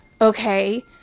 Okay